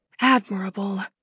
Admirable